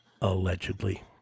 allegedly